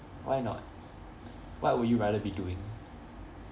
why not what would you rather be doing